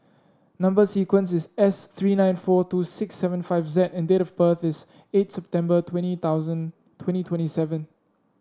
number sequence is S three nine four two six seven five Z and date of birth is eight September twenty twenty seven